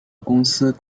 公司